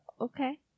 Okay